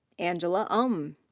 angela um.